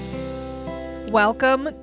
Welcome